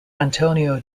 antonio